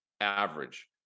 average